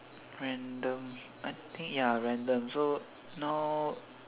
random I think ya random